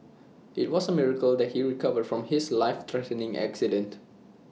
IT was A miracle that he recovered from his life threatening accident